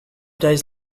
days